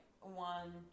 one